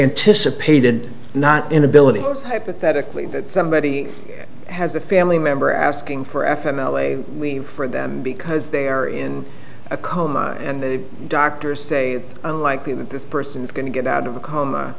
anticipated not inabilities hypothetically that somebody has a family member asking for f m l a leave for them because they are in a coma and the doctors say it's unlikely that this person is going to get out of a coma